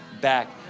back